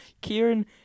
Kieran